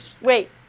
wait